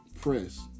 press